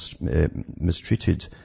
mistreated